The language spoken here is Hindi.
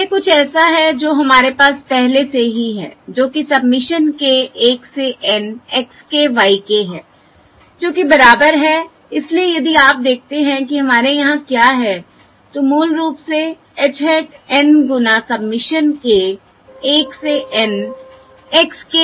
यह कुछ ऐसा है जो हमारे पास पहले से ही है जो कि सबमिशन k 1 से N x k y k है जो कि बराबर है इसलिए यदि आप देखते हैं कि हमारे यहाँ क्या है तो मूल रूप से h hat N गुना सबमिशन k 1 से N x k वर्ग है